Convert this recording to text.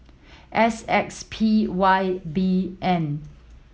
S X P Y B N